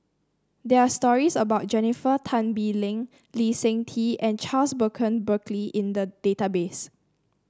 there are stories about Jennifer Tan Bee Leng Lee Seng Tee and Charles Burton Buckley in the database